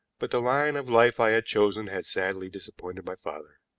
but the line of life i had chosen had sadly disappointed my father.